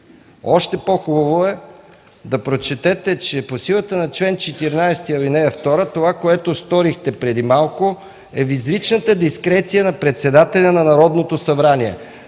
още по-хубаво е да прочетете, че по силата на чл. 14, ал. 2 това, което сторихте преди малко, е в изричната дискреция на председателя на Народното събрание.